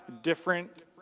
different